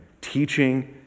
teaching